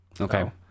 Okay